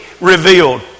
revealed